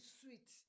sweet